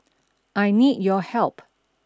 I need your help